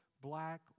black